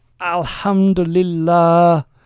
alhamdulillah